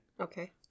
Okay